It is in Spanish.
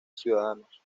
ciudadanos